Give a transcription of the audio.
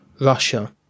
Russia